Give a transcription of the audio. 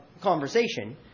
conversation